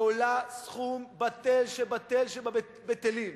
ועולה סכום בטל שבטל שבבטלים,